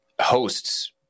hosts